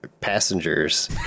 passengers